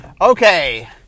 Okay